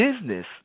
business